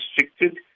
restricted